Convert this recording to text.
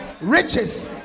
riches